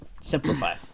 simplify